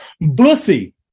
Bussy